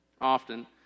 Often